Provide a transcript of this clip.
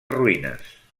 ruïnes